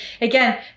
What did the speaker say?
again